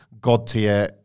God-tier